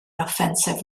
offensive